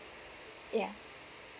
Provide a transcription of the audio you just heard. ya